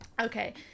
okay